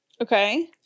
Okay